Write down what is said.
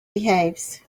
behaves